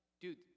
dude